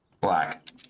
Black